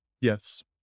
Yes